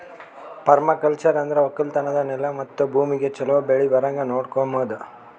permaculture ಅಂದುರ್ ಒಕ್ಕಲತನದ್ ನೆಲ ಮತ್ತ ಭೂಮಿಗ್ ಛಲೋ ಬೆಳಿ ಬರಂಗ್ ನೊಡಕೋಮದ್